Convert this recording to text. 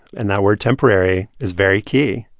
and that word temporary is very key.